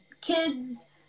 kids